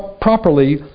properly